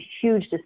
huge